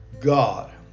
God